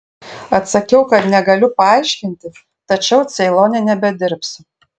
atsakiau kad negaliu paaiškinti tačiau ceilone nebedirbsiu